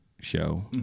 Show